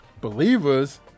Believers